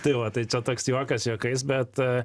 tai va tai čia toks juokas juokais bet